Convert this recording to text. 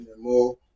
more